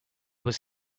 was